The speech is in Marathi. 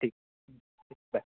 ठीक बाय